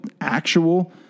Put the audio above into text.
actual